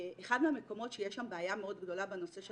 אחד מהמקומות שיש שם בעיה מאוד גדולה בנושא של